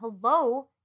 Hello